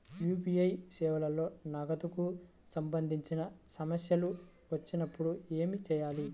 UPI సేవలలో నగదుకు సంబంధించిన సమస్యలు వచ్చినప్పుడు ఏమి చేయాలి?